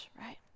right